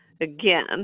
again